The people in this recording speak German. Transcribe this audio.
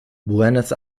buenos